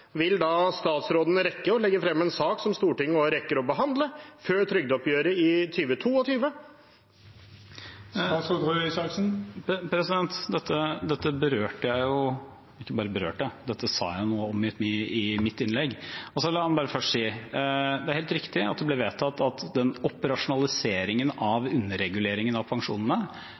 vil da statsråden rekke å legge frem en sak som Stortinget rekker å behandle før trygdeoppgjøret i 2022? Dette berørte jeg jo, ikke bare berørte, dette sa jeg noe om i mitt innlegg. La meg bare først si: Det er helt riktig at det ble vedtatt at operasjonaliseringen av underreguleringen av pensjonene